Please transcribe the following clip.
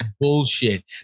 bullshit